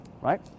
Right